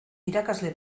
irakasle